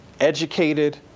educated